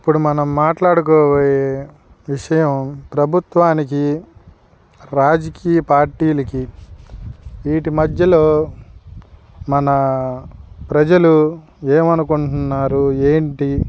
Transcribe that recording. ఇప్పుడు మనం మాట్లాడుకోబోయే విషయం ప్రభుత్వానికి రాజకీయ పార్టీలకి వీటి మధ్యలో మన ప్రజలు ఏమి అనుకుంటున్నారో ఏంటి